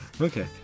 Okay